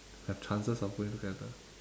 have chances of going together